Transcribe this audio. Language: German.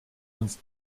uns